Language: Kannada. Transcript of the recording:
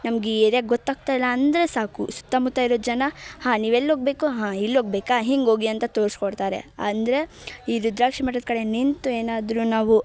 ನಮ್ಗೆ ಈ ಏರಿಯಾ ಗೊತ್ತಾಗ್ತಾ ಇಲ್ಲಾಂದರೆ ಸಾಕು ಸುತ್ತಮುತ್ತ ಇರೋ ಜನ ಹಾಂ ನೀವೆಲ್ಲೋಗಬೇಕು ಹಾಂ ಇಲ್ಲೋಗಬೇಕಾ ಹೀಗೋಗಿ ಅಂತ ತೋರಿಸ್ಕೊಡ್ತಾರೆ ಅಂದರೆ ಈ ರುದ್ರಾಕ್ಷಿ ಮಠದ ಕಡೆ ನಿಂತು ಏನಾದರೂ ನಾವು